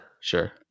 Sure